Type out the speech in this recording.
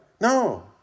No